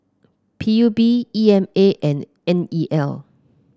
P U B E M A and N E L